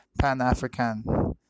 Pan-African